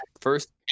First